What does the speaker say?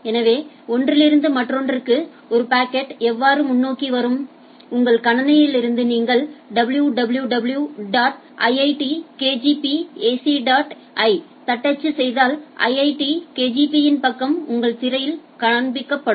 எனவே ஒன்றிலிருந்து மற்றொன்றுக்கு ஒரு பாக்கெட் எவ்வாறு முன்னோக்கி வரும் உங்கள் கணினியிலிருந்து நீங்கள் www dot iitkgp ac dot ஐ தட்டச்சு செய்தால் IIT KGP இன் பக்கம் உங்கள் திரையில் காண்பிக்கப்படும்